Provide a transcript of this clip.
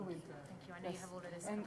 אני מסכים שיש מקום לשפר